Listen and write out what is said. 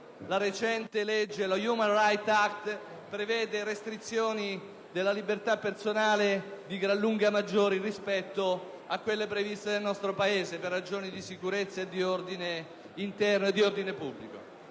il recente *Human Rights Act* preveda restrizioni della libertà personale di gran lunga maggiori rispetto a quelle previste nel nostro Paese per ragioni di sicurezza e di ordine pubblico.